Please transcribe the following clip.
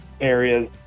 areas